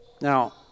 Now